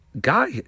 Guy